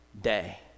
day